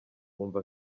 wumva